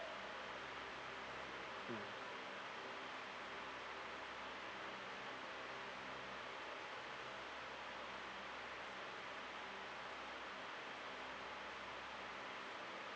mm